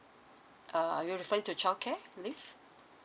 err are you referring to childcare leave